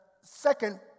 second